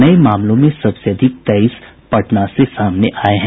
नये मामलों में सबसे अधिक तेईस पटना से सामने आये हैं